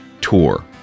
tour